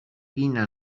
pinna